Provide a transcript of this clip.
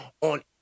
on